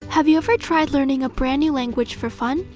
have you ever tried learning a brand new language for fun?